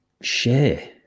share